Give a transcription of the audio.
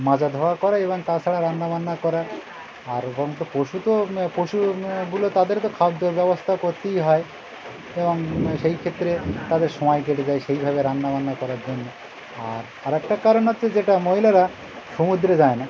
মাজা ধোয়া করে এবং তাছাড়া রান্নাবান্না করা আর এবং তো পশু তো পশু গুলো তাদের তো খাদ্যের ব্যবস্থা করতেই হয় এবং সেই ক্ষেত্রে তাদের সময় কেটে যায় সেইভাবে রান্নাবান্না করার জন্য আর আরেকটা কারণ হচ্ছে যেটা মহিলারা সমুদ্রে যায় না